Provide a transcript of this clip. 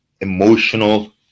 emotional